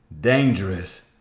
dangerous